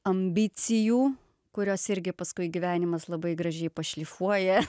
ambicijų kurios irgi paskui gyvenimas labai gražiai pašlifuoja